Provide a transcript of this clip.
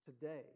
today